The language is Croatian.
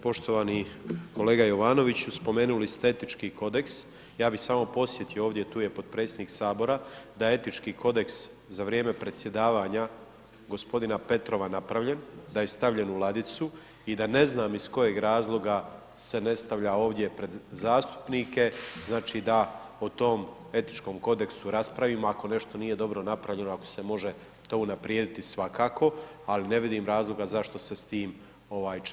Poštovani kolega Jovanoviću, spomenuli ste etički kodeks, ja bi samo podsjetio ovdje, tu je potpredsjednik Sabora da je etički kodeks za vrijeme predsjedavanja g. Petrova napravljen, da je stavljen u ladicu i da ne znam iz kojeg razloga se ne stavlja ovdje pred zastupnike, znači da o tom etičkom kodeksu raspravimo, ako nešto nije dobro napravljeno, ako se može tu unaprijediti svakako ali ne vidim razloga zašto s tim čeka.